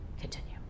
continue